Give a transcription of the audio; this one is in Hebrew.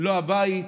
לא הבית,